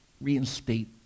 reinstate